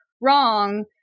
wrong